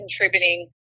contributing